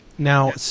Now